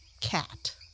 cat